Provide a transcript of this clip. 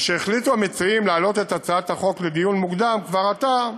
משהחליטו המציעים להעלות את הצעת החוק לדיון מוקדם כבר עתה,